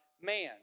man